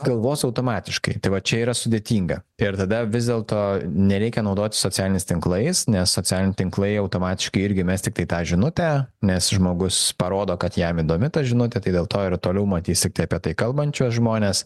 galvos automatiškai tai vat čia yra sudėtinga ir tada vis dėlto nereikia naudotis socialiniais tinklais nes socialiniai tinklai automatiškai irgi mes tiktai tą žinutę nes žmogus parodo kad jam įdomi ta žinutė tai dėl to ir toliau matys tiktai apie tai kalbančius žmones